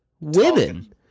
Women